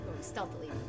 stealthily